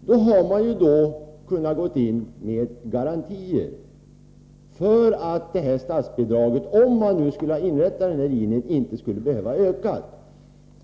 borde man ha kunnat gå in med garantier för att statsbidraget — om linjen hade inrättats — inte skulle behöva öka.